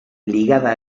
ligada